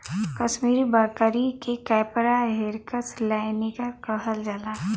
कसमीरी बकरी के कैपरा हिरकस लैनिगर कहल जाला